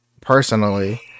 personally